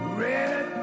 red